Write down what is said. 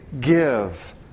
give